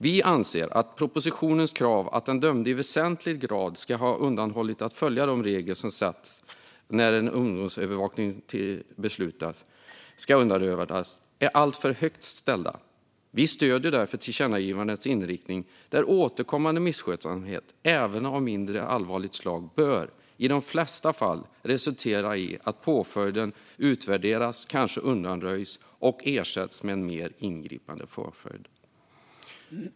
Vi anser att propositionens krav, att den dömde i väsentlig grad ska ha underlåtit att följa de regler som satts för att en ungdomsövervakning ska undanröjas, är alltför högt ställt. Vi stöder därför tillkännagivandets inriktning om att återkommande misskötsamhet, även av mindre allvarligt slag, i de flesta fall bör resultera i att påföljden utvärderas och kanske undanröjs och ersätts av en mer ingripande påföljd.